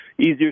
easier